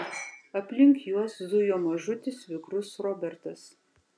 aplink juos zujo mažutis vikrus robertas